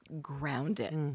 grounded